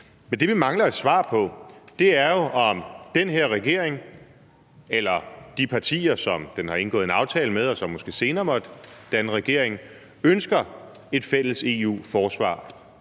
Men det, vi mangler et svar på, er jo, om den her regering eller de partier, som den har indgået en aftale med, og som måske senere måtte danne regering, ønsker et fælles EU-forsvar;